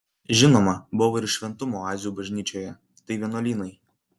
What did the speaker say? žinoma buvo ir šventumo oazių bažnyčioje tai vienuolynai